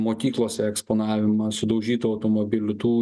mokyklose eksponavimą sudaužytų automobilių tų